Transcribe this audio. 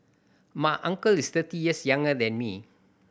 my uncle is thirty years younger than me